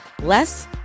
Less